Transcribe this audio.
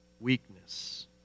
weakness